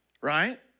right